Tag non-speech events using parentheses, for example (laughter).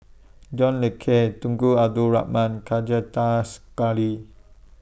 John Le Cain Tunku Abdul Rahman (unintelligible)